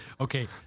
Okay